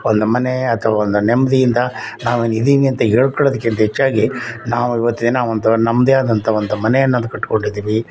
ಒಂದು ಮನೆ ಅಥ್ವಾ ಒಂದು ನೆಮ್ಮದಿಯಿಂದ ನಾವು ಇಲ್ಲಿ ಇದ್ದೀನಿ ಅಂತ ಹೇಳ್ಕೊಳ್ಳೋದ್ಕಿಂತ ಹೆಚ್ಚಾಗಿ ನಾವು ಈವತ್ತಿನ ದಿನ ಒಂದು ನಮ್ಮದೇ ಆದಂಥ ಒಂದು ಮನೆ ಅನ್ನೋದು ಕಟ್ಕೊಂಡಿದ್ದೀವಿ